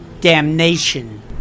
damnation